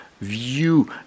view